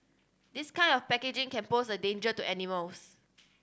this kind of packaging can pose a danger to animals